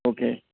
okay